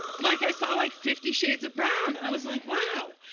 like, i saw like fifty shades of brown. i was like, wow!